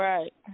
Right